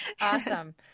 Awesome